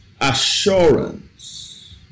assurance